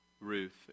Ruth